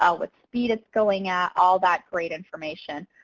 ah what speed it's going at, all that great information.